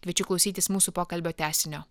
kviečiu klausytis mūsų pokalbio tęsinio